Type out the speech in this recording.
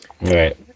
Right